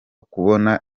kubona